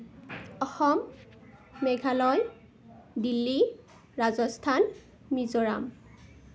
Assam Meghalaya Delhi Rajasthan Mizoram